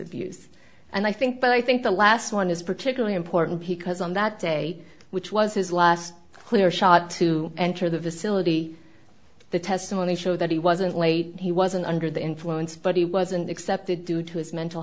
abuse and i think but i think the last one is particularly important because on that day which was his last clear shot to enter the vicinity the testimony show that he wasn't late he wasn't under the influence but he wasn't excepted due to his mental